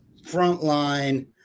frontline